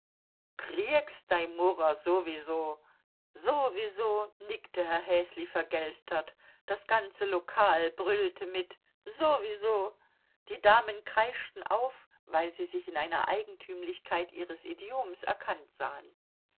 dei murrer sowieso sowieso nickte herr häsli vergelstert das ganze lokal brüllte mit sowieso die damen kreischten auf weil sie sich in einer eigentümlichkeit ihres idioms erkannt sahen